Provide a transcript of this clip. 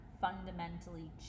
fundamentally